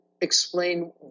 explain